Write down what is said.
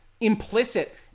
implicit